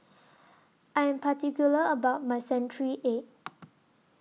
I Am particular about My Century Egg